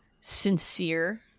sincere